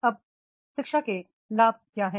अब शिक्षा के लाभ क्या हैं